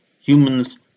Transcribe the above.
humans